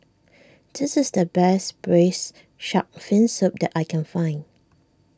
this is the best Braised Shark Fin Soup that I can find